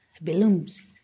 balloons